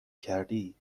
کردی